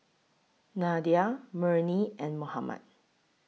Nadia Murni and Muhammad